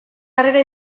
harrera